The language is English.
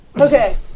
Okay